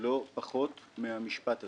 לא פחות מהמשפט הזה.